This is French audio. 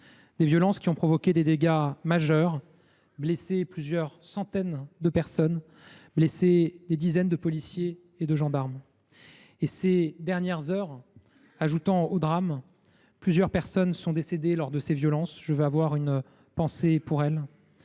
Ces violences ont provoqué des dégâts majeurs, blessé plusieurs centaines de personnes, parmi lesquels des dizaines de policiers et de gendarmes. Ces dernières heures, ajoutant au drame, plusieurs personnes sont décédées lors de ces violences. Je veux avoir une pensée pour elles